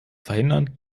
verhindern